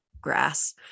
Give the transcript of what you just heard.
grass